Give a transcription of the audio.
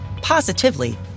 positively